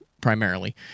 primarily